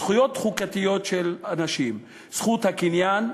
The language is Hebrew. זכויות חוקתיות של אנשים: זכות הקניין,